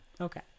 okay